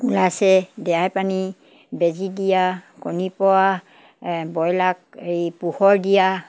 ওলাইছে দেৱাই পানী বেজী দিয়া কণী পৰা এই ব্ৰইলাৰক এই পোহৰ দিয়া